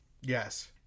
Yes